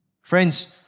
Friends